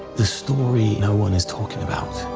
the story no one is talking about.